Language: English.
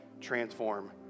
transform